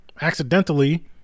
accidentally